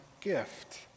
gift